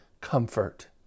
comfort